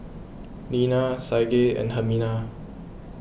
Lina Saige and Hermina